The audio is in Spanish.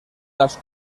las